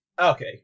Okay